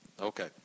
okay